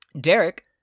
Derek